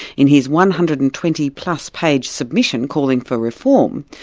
in his one hundred and twenty plus page submission calling for reform,